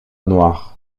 noir